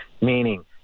Meaning